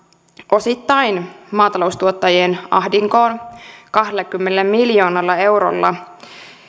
osittain maataloustuottajien ahdinkoon kahdellakymmenellä miljoonalla eurolla